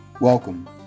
Welcome